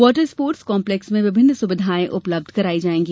water sports complex में विभिन्न सुविधाएँ उपलब्ध करवाई जाएगी